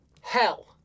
hell